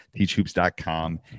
teachhoops.com